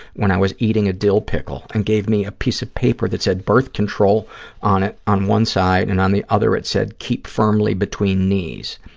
when i was eating a dill pickle, and gave me a piece of paper that said birth control on it on one side and on the other it said keep firmly between knees.